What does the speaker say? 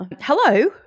Hello